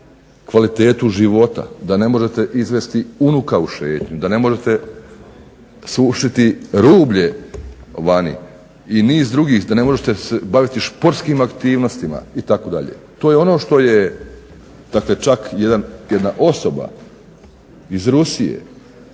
da ne možete izvesti unuka u šetnju, da ne možete sušiti rublje vani i niz drugih, da se ne možete baviti sportskim aktivnostima itd. to je ono što je dakle čak jedna osoba iz Rusije